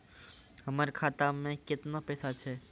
हमर खाता मैं केतना पैसा छह?